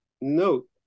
note